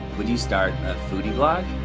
would you start a foodie vlog?